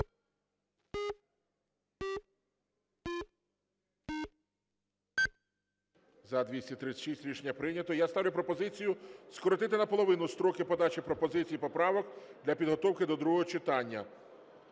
За-236 Рішення прийнято. Я ставлю пропозицію скоротити наполовину строки подачі пропозицій і поправок для підготовки до другого читання